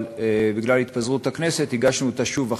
אבל בגלל התפזרות הכנסת הגשנו אותה שוב עכשיו.